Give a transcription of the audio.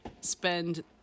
spend